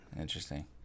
Interesting